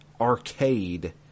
Arcade